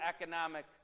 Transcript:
economic